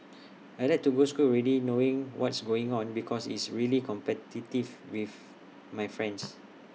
I Like to go school already knowing what's going on because it's really competitive with my friends